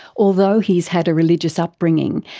although he's had a religious upbringing,